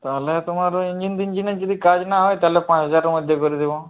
তাহলে তোমার ঐ ইঞ্জিন ফিঞ্জিনের যদি কাজ না হয় তাহলে পাঁচ হাজারের মধ্যে করে দেবো